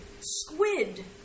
Squid